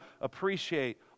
appreciate